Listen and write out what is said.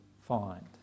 find